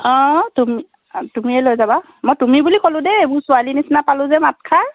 অঁ তুমি তুমিয়ে লৈ যাবা মই তুমি বুলি ক'লোঁ দেই মোৰ ছোৱালীৰ নিচিনা পালোঁ যে মাতষাৰ